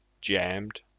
jammed